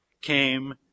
came